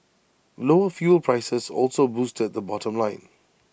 lower fuel prices also boosted the bottom line